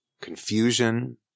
confusion